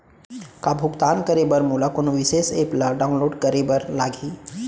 का भुगतान करे बर मोला कोनो विशेष एप ला डाऊनलोड करे बर लागही